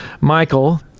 Michael